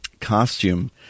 costume